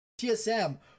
TSM